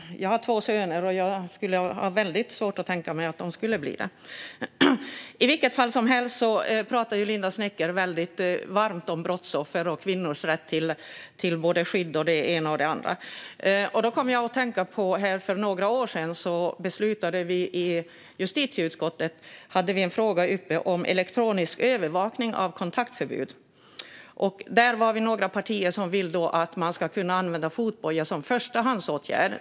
Jag har två söner, och jag skulle ha väldigt svårt att tänka mig att de skulle bli det. I vilket fall som helst pratade Linda Snecker väldigt varmt om brottsoffer och kvinnors rätt till både skydd och det ena och det andra. Då kom jag att tänka på att vi i justitieutskottet för några år sedan behandlade en fråga om elektronisk övervakning av kontaktförbud. Vi är några partier som vill att fotboja ska kunna användas som förstahandsåtgärd.